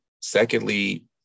Secondly